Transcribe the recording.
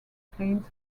plains